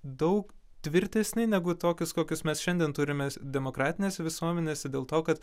daug tvirtesni negu tokius kokius mes šiandien turime demokratinėse visuomenėse dėl to kad